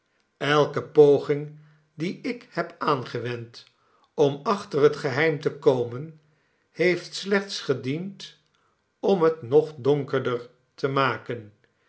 elke poging die ik heb aangewend om achter het geheim te komen heeft slechts gediend om het nog donkerder te maken